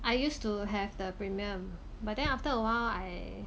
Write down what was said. I used to have the premium but then after awhile I